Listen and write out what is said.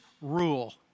rule